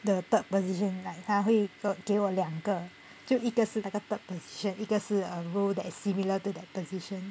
the third position like 他会给我两个就一个是那个 third position then 一个是 a role that is similar to that position